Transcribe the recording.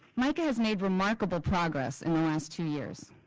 mica has made remarkable progress in the last two years.